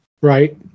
Right